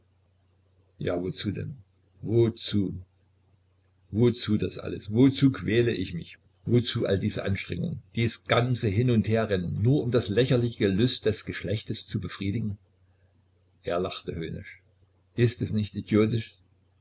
ja wozu denn wozu wozu das alles wozu quäle ich mich wozu all diese anstrengung dies ganze hin und herrennen nur um das lächerliche gelüste des geschlechtes zu befriedigen er lachte höhnisch ist es nicht idiotisch